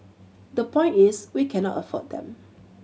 the point is we cannot afford them